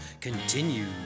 continue